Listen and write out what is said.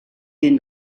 den